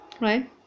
right